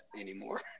anymore